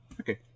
okay